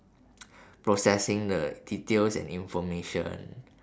processing the details and information